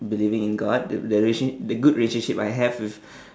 believing in god the the relation~ the good relationship I have with